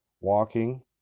walking